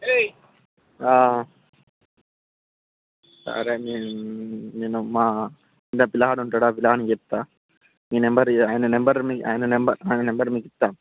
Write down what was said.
సరే నే నేను మా అంటే పిల్లగాడు ఉంటాడు పిల్లగానికి చెప్తాను మీ నెంబర్ ఆయన నెంబర్ మీ ఆయన నెంబర్ ఆయన నెంబర్ మీకు ఇస్తాం